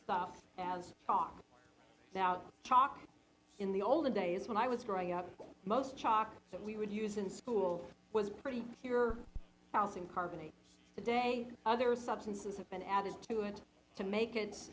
stuff as chalk now chalk in the olden days when i was growing up most chalk that we would use in school was pretty pure calcium carbonate today other substances have been added to it to make it